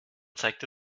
zeigte